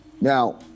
Now